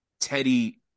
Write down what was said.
Teddy –